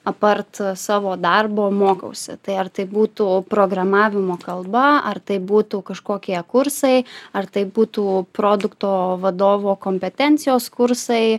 apart savo darbo mokausi tai ar tai būtų programavimo kalba ar tai būtų kažkokie kursai ar tai būtų produkto vadovo kompetencijos kursai